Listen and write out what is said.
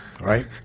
right